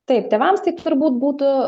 taip tėvams tai turbūt būtų